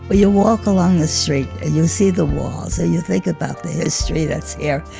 but you walk along the street, and you see the walls, ah you think about the history that's here.